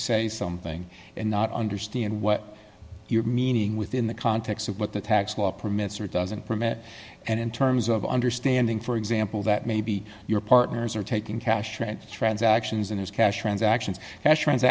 say something and not understand what you're meaning within the context of what the tax law permits or doesn't permit and in terms of understanding for example that maybe your partners are taking cash french transactions and his cash transactions